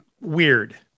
weird